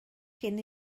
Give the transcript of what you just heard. cyn